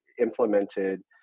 implemented